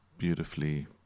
beautifully